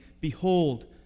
Behold